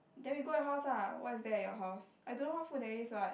then we go your house lah what is there at your house I don't know what food there is what